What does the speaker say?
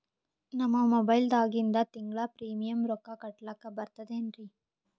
ನಮ್ಮ ಮೊಬೈಲದಾಗಿಂದ ತಿಂಗಳ ಪ್ರೀಮಿಯಂ ರೊಕ್ಕ ಕಟ್ಲಕ್ಕ ಬರ್ತದೇನ್ರಿ?